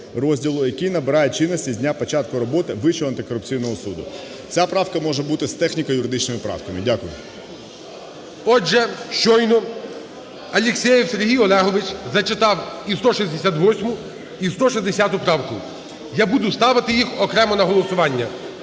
який набирає чинності з дня початку роботи Вищого антикорупційного суду". Ця правка може бути з техніко-юридичними правками. Дякую. ГОЛОВУЮЧИЙ. Отже, щойно Алєксєєв Сергій Олегович зачитав і 168-у, і 160 правку. Я буду ставити їх окремо на голосування: